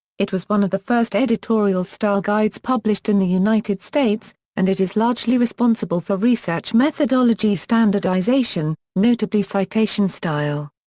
it was one of the first editorial style guides published in the united states, and it is largely responsible for research methodology standardization, notably citation style.